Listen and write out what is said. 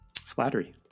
flattery